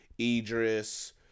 Idris